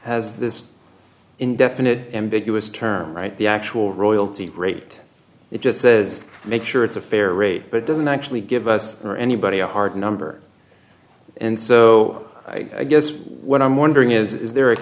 has this indefinite ambiguous term right the actual royalty rate it just says make sure it's a fair rate but doesn't actually give us or anybody a hard number and so i guess what i'm wondering is there a